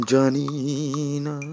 Janina